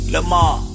Lamar